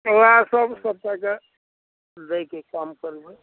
ओएह सब सबटाके दैके काम करबै